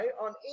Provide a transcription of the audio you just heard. on